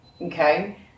okay